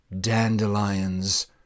dandelions